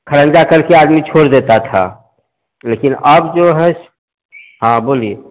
खड़ंजा करके आदमी छोड़ देता था लेकिन अब जो है हाँ बोलिए